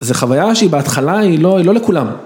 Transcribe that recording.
זו חוויה שהיא בהתחלה היא לא לכולם.